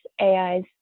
AIs